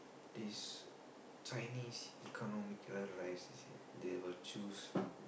this Chinese economical rice is it they will choose